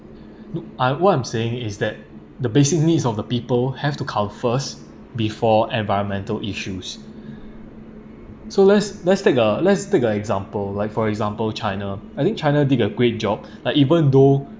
nope uh what I'm saying is that the basic needs of the people have to come first before environmental issues so let's let's take a let's take a example like for example china I think china did a great job like even though